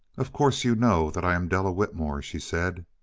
of course you know that i'm della whitmore, she said.